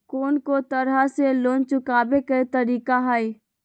कोन को तरह से लोन चुकावे के तरीका हई?